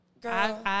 girl